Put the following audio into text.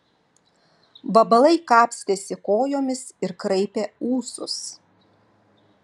vabalai kapstėsi kojomis ir kraipė ūsus